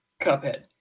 Cuphead